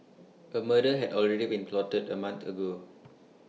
A murder had already been plotted A month ago